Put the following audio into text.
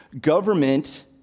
Government